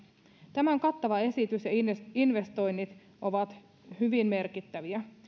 tämä on kattava esitys ja investoinnit ovat hyvin merkittäviä